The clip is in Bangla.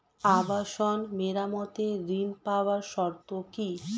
আবাসন মেরামতের ঋণ পাওয়ার শর্ত কি?